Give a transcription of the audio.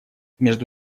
между